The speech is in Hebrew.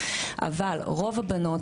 אבל רוב הבנות,